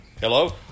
Hello